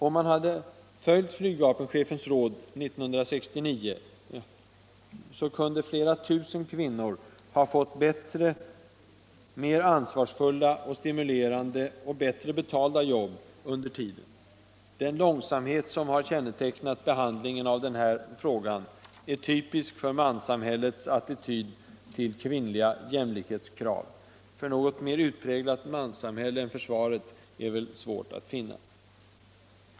Om man hade följt flygvapenchefens råd 1969 kunde flera tusen kvinnor ha fått bättre, mer ansvarsfulla och stimulerande och bättre betalda jobb under den tiden. Den långsamhet som har kännetecknat behandlingen av den här frågan är typisk för manssamhällets attityd till kvinnliga jämlikhetskrav — och något mer utpräglat manssamhälle än försvaret är väl svårt att finna.